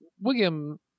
William